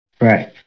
Right